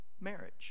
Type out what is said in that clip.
marriage